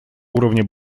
уровня